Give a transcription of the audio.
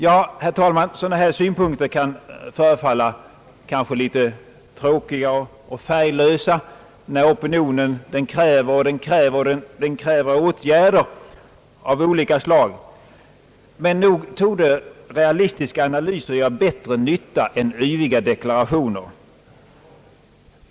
Ja, herr talman, sådana här synpunkter kan förefalla tråkiga och färglösa när opinionen kräver och kräver och kräver åtgärder av olika slag, men nog torde realistiska analyser göra bättre nytta än yviga deklarationer.